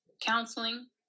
Counseling